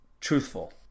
truthful